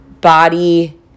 body